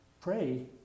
pray